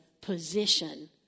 position